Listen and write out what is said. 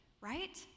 right